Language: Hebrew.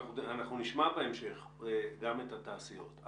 אנחנו נשמע בהמשך גם את התעשיות.